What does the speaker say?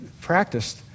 practiced